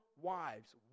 wives